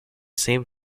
same